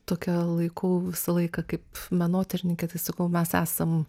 tokia laikau visą laiką kaip menotyrininkė tai sakau mes esam